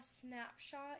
snapshot